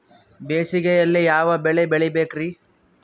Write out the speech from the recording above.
ಬೇಸಿಗೆಯಲ್ಲಿ ಯಾವ ಬೆಳೆ ಬೆಳಿಬೇಕ್ರಿ?